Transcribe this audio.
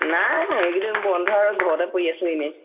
নাই এইকেইদিন বন্ধআৰু ঘৰতে পৰি আছোঁ এনেই